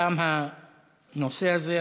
תם הנושא הזה.